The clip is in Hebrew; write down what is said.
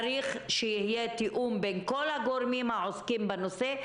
צריך שיהיה תיאום בין כל הגורמים העוסקים בנושא,